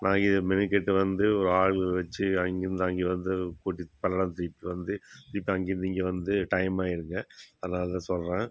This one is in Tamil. நான் இங்கே மெனக்கெட்டு வந்து ஒரு ஆள் வச்சு அங்கேருந்து அங்கே வந்து போய்ட்டு பல்லடம் தூக்கிட்டு வந்து திருப்பி அங்கேருந்து இங்கே வந்து டைம் ஆயிருங்க அதனாலதான் சொல்கிறேன்